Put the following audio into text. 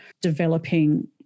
developing